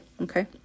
okay